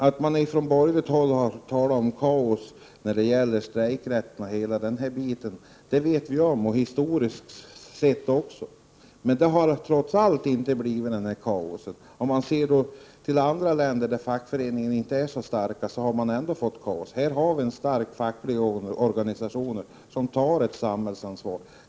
Att man från borgerligt håll har talat om kaos när det gäller strejkrätten och sådant som hör samman med den vet vi om, historiskt sett också. Men det har trots allt inte blivit kaos. Om vi ser till andra länder, där fackföreningarna inte är så starka, har det ändå blivit kaos. Här har vi starka fackliga organisationer, som tar ett samhällsansvar.